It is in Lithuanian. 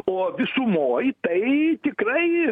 o visumoj tai tikrai